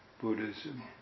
Buddhism